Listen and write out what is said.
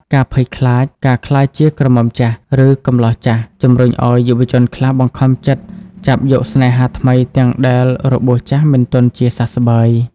ការភ័យខ្លាចការក្លាយជា "ក្រមុំចាស់" ឬ "កំលោះចាស់" ជំរុញឱ្យយុវជនខ្លះបង្ខំចិត្តចាប់យកស្នេហាថ្មីទាំងដែលរបួសចាស់មិនទាន់ជាសះស្បើយ។